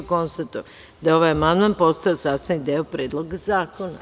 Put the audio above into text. Konstatujem da je ovaj amandman postao sastavni deo Predloga zakona.